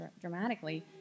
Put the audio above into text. dramatically